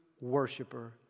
worshiper